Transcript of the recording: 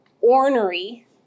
ornery